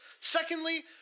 Secondly